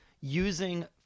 using